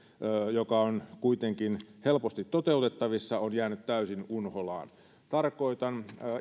joka on kuitenkin helposti toteutettavissa on jäänyt täysin unholaan tarkoitan